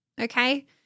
okay